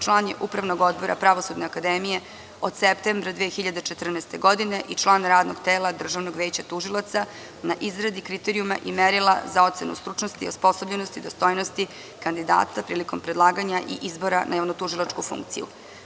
Član je Upravnog odbora Pravosudne akademije od septembra 2014. godine i član Radnog tela Državnog veća tužilaca na izradi kriterijuma i merila za ocenu stručnosti i osposobljenosti i dostojnosti kandidata prilikom predlaganja i izbora na javno-tužilačku funkciju.